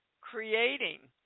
creating